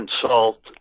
consult